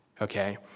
okay